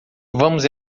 vamos